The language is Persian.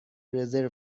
رزرو